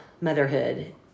Motherhood